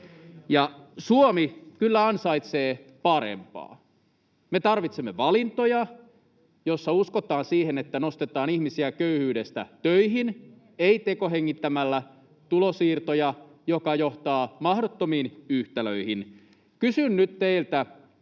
Suomi kyllä ansaitsee parempaa. Me tarvitsemme valintoja, joissa uskotaan siihen, että nostetaan ihmisiä köyhyydestä töihin — ei tekohengittämällä tulonsiirtoja, mikä johtaa mahdottomiin yhtälöihin. Kysyn nyt teiltä,